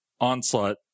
Onslaught